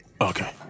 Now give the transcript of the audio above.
Okay